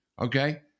Okay